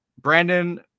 Brandon